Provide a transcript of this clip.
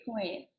point